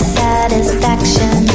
satisfaction